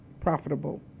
profitable